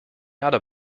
other